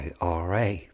IRA